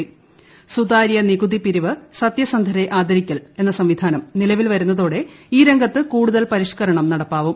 സുതാര്യ നികുതിപരിവ് സത്യസന്ധരെ ആദരിക്കൽ എന്ന സംവിധാനം നിലവിൽ വരുന്നതോടെ ഈ രംഗത്ത് കൂടുതൽ പരിഷ്കരണം നടപ്പാവും